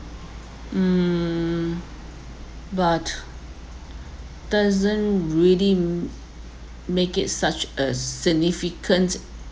mm but doesn't really make it such a significant